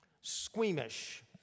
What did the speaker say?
squeamish